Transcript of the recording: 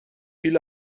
viel